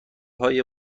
های